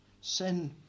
sin